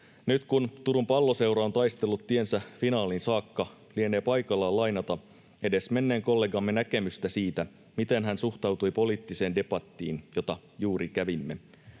Nyt kun Turun Palloseura on taistellut tiensä finaaliin saakka, lienee paikallaan lainata edesmenneen kollegamme näkemystä siitä, miten hän suhtautui poliittiseen debattiin, jota juuri kävimme: